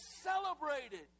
celebrated